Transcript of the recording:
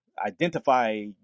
identify